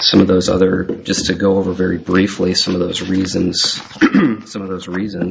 some of those other just to go over very briefly some of those reasons some of those reasons